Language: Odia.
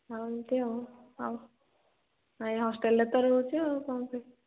ଆଉ ଏମିତି ଆଉ ଆଉ ଏହି ହଷ୍ଟେଲ୍ରେ ତ ରହୁଛି ଆଉ କ'ଣ କି